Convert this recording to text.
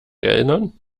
erinnern